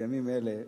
בימים אלה,